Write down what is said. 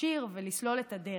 ולהכשיר ולסלול את הדרך.